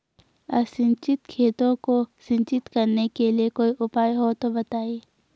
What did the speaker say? असिंचित खेती को सिंचित करने के लिए कोई उपाय हो तो बताएं?